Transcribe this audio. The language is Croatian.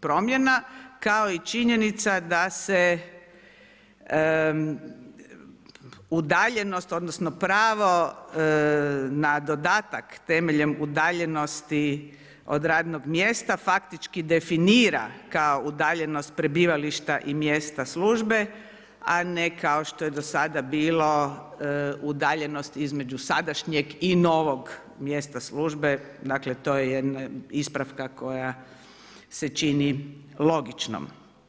promjena kao i činjenica da se udaljenost odnosno pravo na dodatak temeljem udaljenosti od radnog mjesta faktički definira kao udaljenost prebivališta i mjesta službe, a ne kao što je do sada bilo udaljenost između sadašnjeg i novog mjesta službe, dakle to je jedna ispravka koja se čini logičnom.